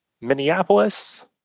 Minneapolis